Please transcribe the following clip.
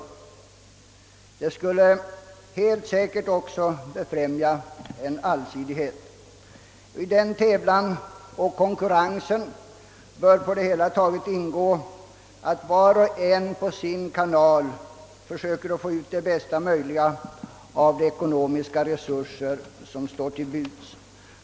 Därigenom skulle helt säkert allsidigheten befrämjas. I denna tävlan och konkurrens bör på det hela taget ingå att var och en på sin kanal försöker få ut det mesta möjliga av de ekonomiska resurser som står till buds.